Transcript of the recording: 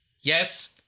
Yes